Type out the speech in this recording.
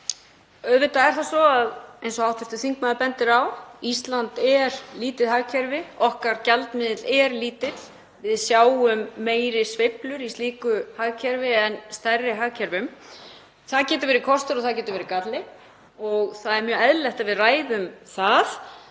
Auðvitað er það svo, eins og hv. þingmaður bendir á, að Ísland er lítið hagkerfi, gjaldmiðill okkar er lítill. Við sjáum meiri sveiflur í slíku hagkerfi en stærri hagkerfum. Það getur verið kostur og það getur verið galli og það er mjög eðlilegt að við ræðum það.